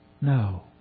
No